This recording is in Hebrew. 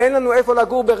אין לנו איפה לגור.